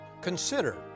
Consider